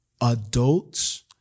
adults